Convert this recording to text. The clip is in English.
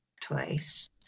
twice